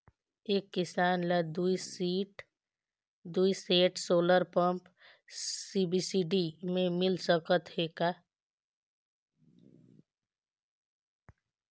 एक किसान ल दुई सेट सोलर पम्प सब्सिडी मे मिल सकत हे का?